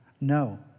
No